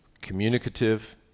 communicative